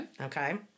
Okay